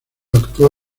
actuó